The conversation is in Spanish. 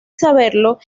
saberlo